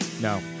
No